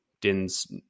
Din's